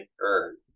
earn